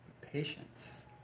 Patience